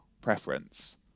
preference